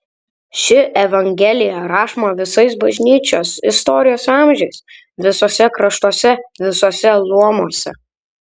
ši evangelija rašoma visais bažnyčios istorijos amžiais visuose kraštuose visuose luomuose